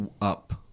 Up